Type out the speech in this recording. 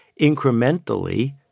incrementally